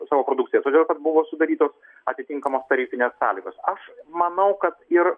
savo produkciją todėl kad buvo sudarytos atitinkamos tarifinės sąlygos aš manau kad ir